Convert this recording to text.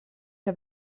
que